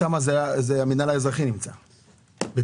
שם המינהל האזרחי נמצא - ביתר.